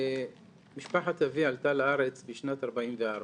משפחת אבי עלתה לארץ בשנת 44',